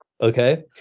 Okay